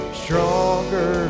stronger